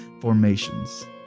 formations